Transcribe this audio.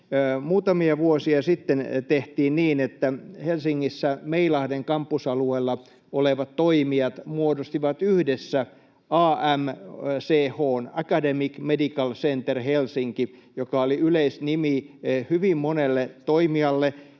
Muutamia vuosia sitten tehtiin niin, että Helsingissä Meilahden kampusalueella olevat toimijat muodostivat yhdessä AMCH:n, Academic Medical Center Helsinki, joka oli yleisnimi hyvin monelle toimijalle.